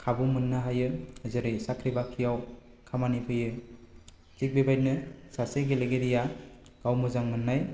खाबु मोननो हायो जेरै साख्रि बाख्रियाव खामानि फैयो थिग बेबायदिनो सासे गेलेगिरिया गाव मोजां मोन्नाय